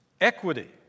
equity